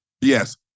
Yes